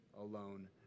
alone